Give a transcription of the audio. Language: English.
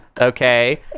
Okay